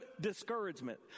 discouragement